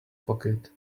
pocket